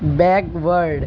backward